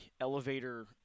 elevator